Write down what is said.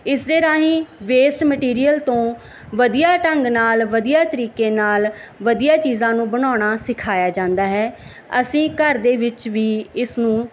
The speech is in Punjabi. ਇਸ ਦੇ ਰਾਹੀਂ ਵੇਸਟ ਮਟੀਰੀਅਲ ਤੋਂ ਵਧੀਆ ਢੰਗ ਨਾਲ ਵਧੀਆ ਤਰੀਕੇ ਨਾਲ ਵਧੀਆ ਚੀਜ਼ਾਂ ਨੂੰ ਬਣਾਉਣਾ ਸਿਖਾਇਆ ਜਾਂਦਾ ਹੈ ਅਸੀਂ ਘਰ ਦੇ ਵਿੱਚ ਵੀ ਇਸ ਨੂੰ